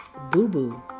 Boo-boo